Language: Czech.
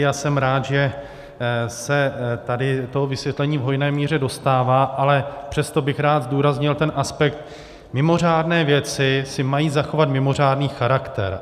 A jsem rád, že se tady toho vysvětlení v hojné míře dostává, ale přesto bych rád zdůraznil ten aspekt, že mimořádné věci si mají zachovat mimořádný charakter.